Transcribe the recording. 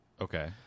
Okay